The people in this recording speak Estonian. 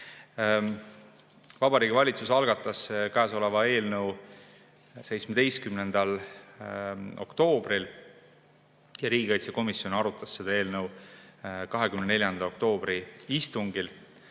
Vabariigi Valitsus algatas käesoleva eelnõu 17. oktoobril. Riigikaitsekomisjon arutas seda eelnõu 24. oktoobri istungil.